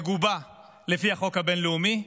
מגובה לפי החוק הבין-לאומי,